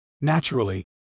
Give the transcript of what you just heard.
Naturally